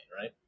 right